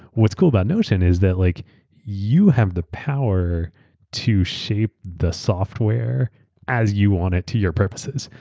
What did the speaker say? what's cool about notion is that like you have the power to shape the software as you want it to your purposes.